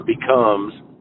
becomes